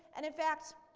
and, in fact,